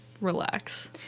relax